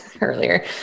earlier